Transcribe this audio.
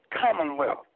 Commonwealth